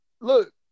look